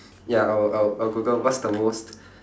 ya I would I would I would Google what's the most